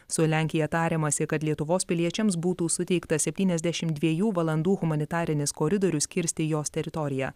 su lenkija tariamasi kad lietuvos piliečiams būtų suteikta septyniasdešimt dviejų valandų humanitarinis koridorius kirsti jos teritoriją